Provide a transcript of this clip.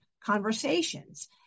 conversations